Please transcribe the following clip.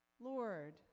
Lord